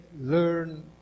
learn